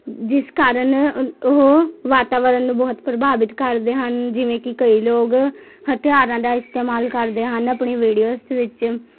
ਜਿਸ ਕਾਰਨ ਅ ਓਹ ਵਾਤਾਵਰਨ ਨੂੰ ਬਹੁਤ ਪ੍ਰਭਾਵਿਤ ਕਰਦੇ ਹਨ ਜਿਵੇਂ ਕਿ ਕਈ ਲੋਕ ਹਥਿਆਰਾਂ ਦਾ ਇਸਤੇਮਾਲ ਕਰਦੇ ਹਨ ਆਪਣੀ ਵੀਡੀਓਜ਼ ਵਿੱਚ